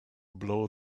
blow